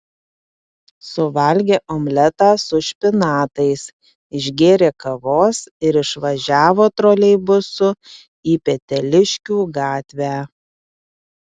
suvalgė omletą su špinatais išgėrė kavos ir išvažiavo troleibusu į peteliškių gatvę